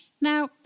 Now